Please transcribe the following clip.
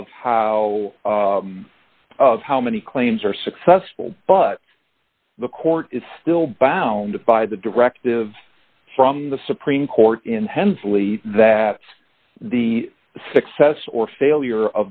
of how of how many claims are successful but the court is still bound by the directive from the supreme court in hensley that the success or failure